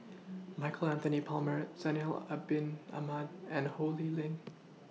Michael Anthony Palmer Zainal Abidin Ahmad and Ho Lee Ling